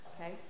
Okay